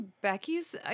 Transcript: Becky's